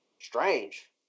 Strange